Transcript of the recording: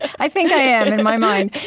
i think i am in my mind.